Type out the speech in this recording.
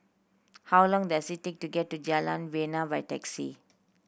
how long does it take to get to Jalan Bena by taxi